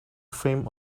fame